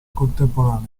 contemporaneo